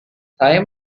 saya